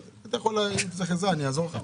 אבל אם אתה צריך עזרה אני אעזור לך.